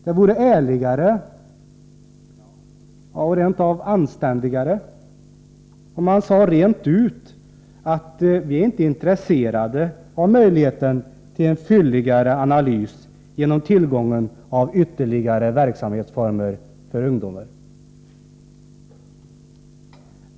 Det vore ärligare och rent av anständigare om man rent ut sade att man inte var intresserad av möjligheten till en fylligare analys genom tillgång till ytterligare verksamhetsformer för ungdomarna.